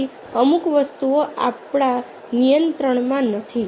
તેથી અમુક વસ્તુઓ આપણા નિયંત્રણમાં નથી